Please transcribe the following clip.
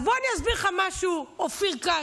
אז בוא אני אסביר לך משהו, אופיר כץ.